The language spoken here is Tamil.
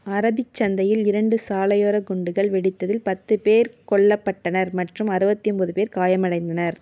அரபிச் சந்தையில் இரண்டு சாலையோர குண்டுகள் வெடித்ததில் பத்து பேர் கொல்லப்பட்டனர் மற்றும் அறுபத்தி ஒம்போது பேர் காயமடைந்தனர்